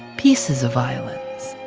pieces of violins.